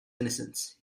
innocence